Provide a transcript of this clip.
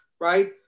right